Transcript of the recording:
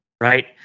right